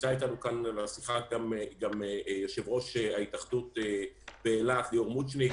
נמצאים אתנו כאן בשיחה גם יושב-ראש ההתאחדות באילת ליאור מוצ'ניק